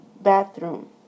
bathroom